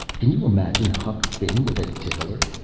can you imagine huck finn with a tickler,